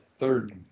third